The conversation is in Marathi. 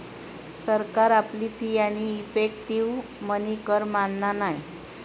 सरकार आपली फी आणि इफेक्टीव मनी कर मानना नाय